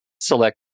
select